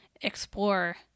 explore